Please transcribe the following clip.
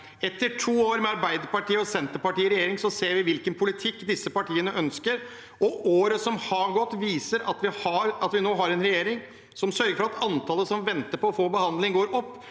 Etter to år med Arbeiderpartiet og Senterpartiet i regjering ser vi hvilken politikk disse partiene ønsker. Året som har gått, viser at vi nå har en regjering som sørger for at antallet som venter på å få behandling, går opp,